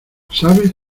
sabes